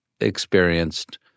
experienced